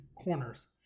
corners